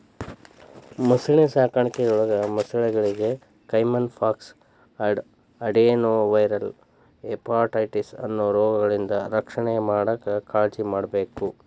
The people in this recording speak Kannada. ಮೊಸಳೆ ಸಾಕಾಣಿಕೆಯೊಳಗ ಮೊಸಳೆಗಳಿಗೆ ಕೈಮನ್ ಪಾಕ್ಸ್, ಅಡೆನೊವೈರಲ್ ಹೆಪಟೈಟಿಸ್ ಅನ್ನೋ ರೋಗಗಳಿಂದ ರಕ್ಷಣೆ ಮಾಡಾಕ್ ಕಾಳಜಿಮಾಡ್ಬೇಕ್